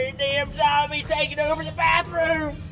damn zombie taking over the bathroom.